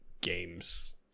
games